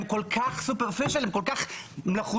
הם כל כך superficial הם כל כך מלאכותיים,